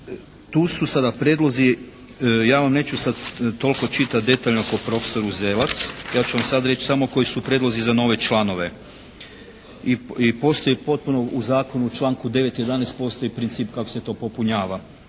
Tu su sada prijedlozi, ja vam neću sad toliko čitati detaljno kao profesor Uzelac. Ja ću vam sada reći samo koji su prijedlozi za nove članove i postoji potpuno u zakonu u članku 9. i 11. postoji princip kako se to popunjava.